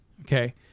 okay